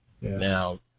Now